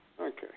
Okay